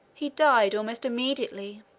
he died almost immediately.